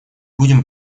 будем